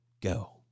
go